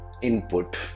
input